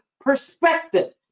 perspective